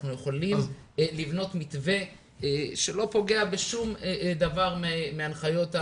אנחנו יכולים לבנות מתווה שלא פוגע בשום דבר מהנחיות הבריאות.